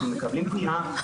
אנחנו מקבלים פנייה,